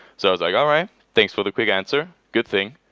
so i was like, all right, thanks for the quick answer. good thing.